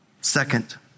Second